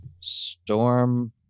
Storm